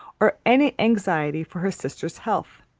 or any anxiety for her sister's health.